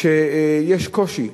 שיש קושי